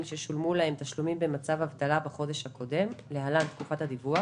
ששולמו להם תשלומים במצב אבטלה בחודש הקודם (להלן תקופת הדיווח),